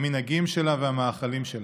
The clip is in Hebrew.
המנהגים שלה והמאכלים שלה.